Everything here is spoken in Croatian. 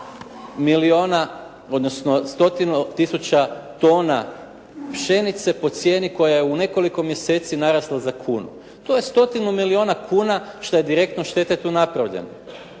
milijuna, odnosno stotinu tisuća tona pšenice po cijeni koja je u nekoliko mjeseci narasla za kunu. To je stotinu milijuna kuna što je direktno štete tu napravljeno